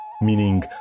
meaning